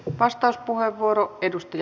arvoisa puhemies